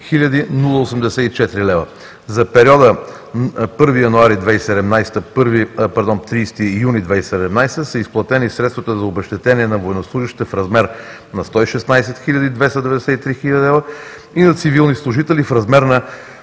За периода 1 януари 2017 г. – 30 юни 2017 г. са изплатени средствата за обезщетение на военнослужещите в размер на 116 хил. 293 лв. и на цивилни служители, в размер на